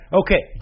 okay